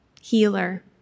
Healer